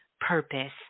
purpose